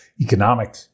economic